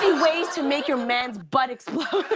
ways to make your man's butt explode.